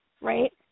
right